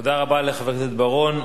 תודה רבה לחבר הכנסת בר-און.